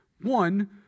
one